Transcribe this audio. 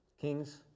Kings